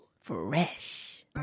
Fresh